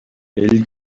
ell